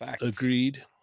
Agreed